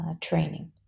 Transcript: training